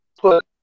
put